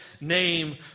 name